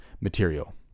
material